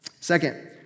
Second